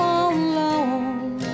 alone